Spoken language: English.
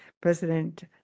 president